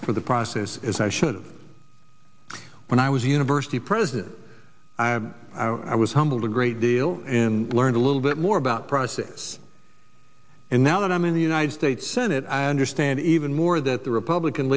for the process as i should when i was a university president i was humbled a great deal in learned a little bit more about process and now that i'm in the united states senate i understand even more that the republican